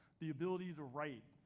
the ability to write,